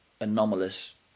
anomalous